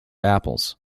apples